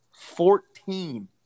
Fourteen